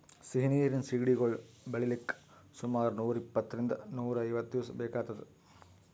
ಸಿಹಿ ನೀರಿನ್ ಸಿಗಡಿಗೊಳ್ ಬೆಳಿಲಿಕ್ಕ್ ಸುಮಾರ್ ನೂರ್ ಇಪ್ಪಂತ್ತರಿಂದ್ ನೂರ್ ಐವತ್ತ್ ದಿವಸ್ ಬೇಕಾತದ್